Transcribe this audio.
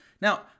Now